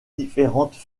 différentes